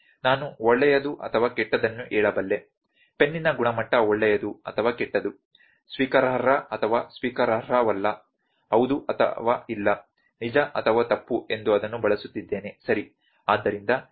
ನಾನು ಒಳ್ಳೆಯದು ಅಥವಾ ಕೆಟ್ಟದ್ದನ್ನು ಹೇಳಬಲ್ಲೆ ಪೆನ್ನಿನ ಗುಣಮಟ್ಟ ಒಳ್ಳೆಯದು ಅಥವಾ ಕೆಟ್ಟದು ಸ್ವೀಕಾರಾರ್ಹ ಅಥವಾ ಸ್ವೀಕಾರಾರ್ಹವಲ್ಲ ಹೌದು ಅಥವಾ ಇಲ್ಲ ನಿಜ ಅಥವಾ ತಪ್ಪು ಎಂದು ಅದನ್ನು ಬಳಸುತ್ತಿದ್ದೇನೆ ಸರಿ